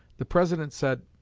the president said